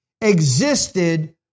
existed